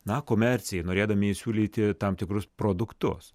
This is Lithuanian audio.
na komercijai norėdami įsiūlyti tam tikrus produktus